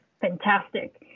Fantastic